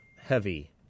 heavy